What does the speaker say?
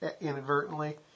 inadvertently